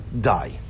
die